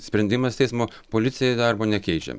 sprendimas teismo policijai darbo nekeičia